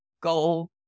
go